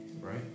right